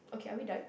okay are we done